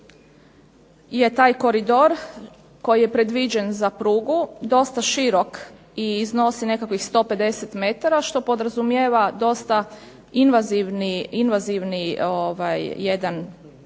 je taj koridor koji je predviđen za prugu dosta širok i iznosi nekakvih 150 metara što podrazumijeva dosta invazivni jedan udar